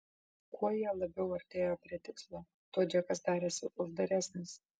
kuo jie labiau artėjo prie tikslo tuo džekas darėsi uždaresnis